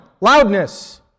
loudness